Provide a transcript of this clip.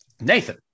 Nathan